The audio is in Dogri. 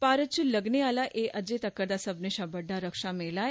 भारत च लग्गने आहला एह् अर्जे तगर दा सब्भनें शा बड्डा रक्षा मेला ऐ